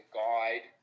guide